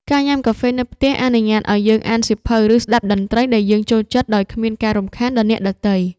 ការញ៉ាំកាហ្វេនៅផ្ទះអនុញ្ញាតឱ្យយើងអានសៀវភៅ ឬស្ដាប់តន្ត្រីដែលយើងចូលចិត្តដោយគ្មានការរំខានដល់អ្នកដទៃ។